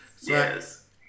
Yes